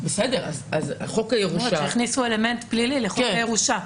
היא אומרת שהכניסו אלמנט פלילי לחוק הירושה.